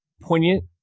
poignant